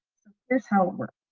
here's how it works.